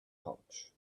pouch